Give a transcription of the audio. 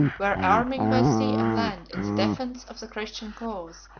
were arming by sea and land in the defence of the christian cause,